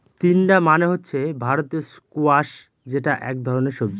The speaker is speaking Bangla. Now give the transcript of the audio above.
তিনডা মানে হচ্ছে ভারতীয় স্কোয়াশ যেটা এক ধরনের সবজি